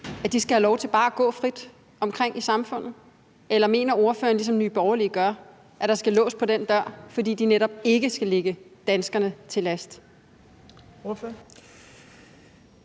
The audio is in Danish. skal have lov til bare at gå frit omkring i samfundet, eller mener ordføreren, ligesom Nye Borgerlige gør, at der skal lås på den dør, fordi de netop ikke skal ligge danskerne til last?